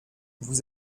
vous